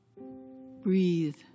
breathe